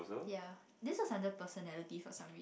yeah this is under personality for some